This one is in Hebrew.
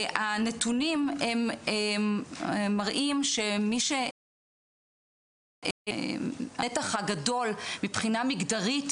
הנתונים הם מראים שהנתח הגדול מבחינה מגדרית